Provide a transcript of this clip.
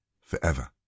forever